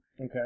Okay